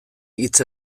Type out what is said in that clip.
hitz